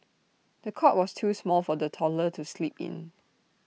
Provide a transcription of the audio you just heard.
the cot was too small for the toddler to sleep in